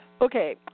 Okay